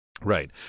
right